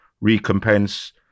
recompense